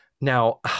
now